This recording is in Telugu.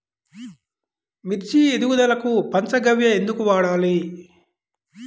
మిర్చి ఎదుగుదలకు పంచ గవ్య ఎందుకు వాడాలి?